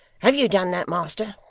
have you done that, master?